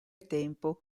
tempo